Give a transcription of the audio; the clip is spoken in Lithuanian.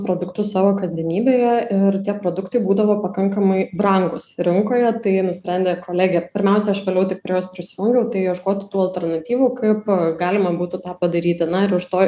produktus savo kasdienybėje ir tie produktai būdavo pakankamai brangūs rinkoje tai nusprendė kolegė pirmiausiai aš vėliau tik prie jos prisijungiau tai ieškoti tų alternatyvų kaip galima būtų tą padaryti na ir už to